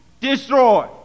destroy